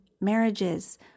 marriages